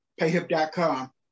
Payhip.com